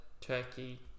Turkey